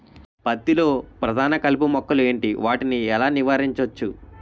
పత్తి లో ప్రధాన కలుపు మొక్కలు ఎంటి? వాటిని ఎలా నీవారించచ్చు?